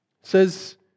says